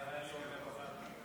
למה הוא לא עונה על הסרבנות?